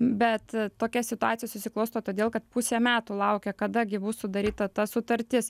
bet tokia situacija susiklosto todėl kad pusę metų laukia kada gi bus sudaryta ta sutartis